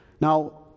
Now